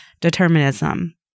determinism